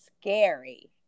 scary